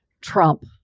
Trump